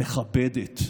מכבדת,